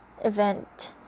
event